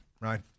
right